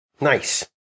Nice